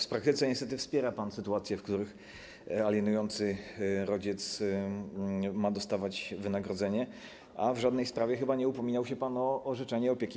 W praktyce niestety wspiera pan sytuację, w której alienujący rodzic ma dostawać wynagrodzenie, a chyba w żadnej sprawie nie upomniał się pan o orzeczenie opieki